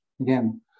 again